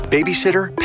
Babysitter